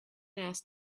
asked